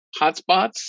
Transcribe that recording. hotspots